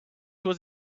was